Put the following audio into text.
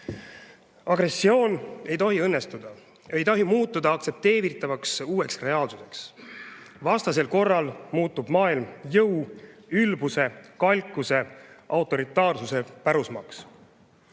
Agressioon ei tohi õnnestuda, see ei tohi muutuda aktsepteeritavaks uueks reaalsuseks. Vastasel korral muutub maailm jõu, ülbuse, kalkuse, autoritaarsuse pärusmaaks.